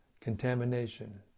contamination